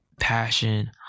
passion